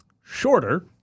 shorter